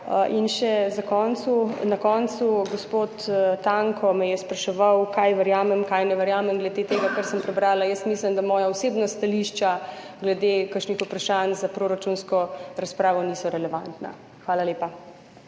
In še na koncu, gospod Tanko me je spraševal, kaj verjamem, česa ne verjamem glede tega, kar sem prebrala. Jaz mislim, da moja osebna stališča glede kakšnih vprašanj za proračunsko razpravo niso relevantna. Hvala lepa.